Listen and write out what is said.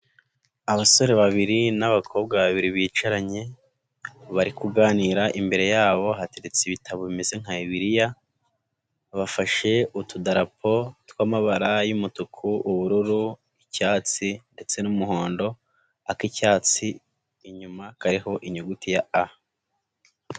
Abasore babiri n'abakobwa babiri bicaranye bari kuganira imbere yabo hateretse ibitabo bimeze nka bibiliya bafashe utudarapo tw'amabara y'umutuku, ubururu, icyatsi ndetse n'umuhondo ak'icyatsi inyuma kariho inyuguti ya a.